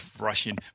Russian